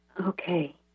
okay